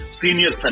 senior